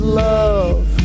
love